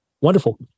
Wonderful